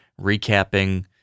recapping